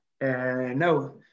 No